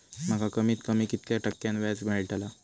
माका कमीत कमी कितक्या टक्क्यान व्याज मेलतला?